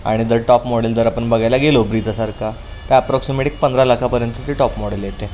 आणि जर top model जर आपण बघायला गेलो ब्रीजासारखा तर ॲप्रॉक्सिमेटिक पंधरा लाखापर्यंतचे टॉप मॉडेल येते